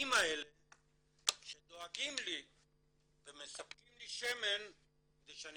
הצדיקים האלה שדואגים לי ומספקים לי שמן כדי שאני